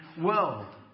world